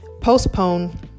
postpone